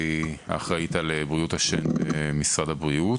אחראית על בריאות השן במשרד הבריאות.